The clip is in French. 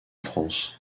france